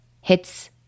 hits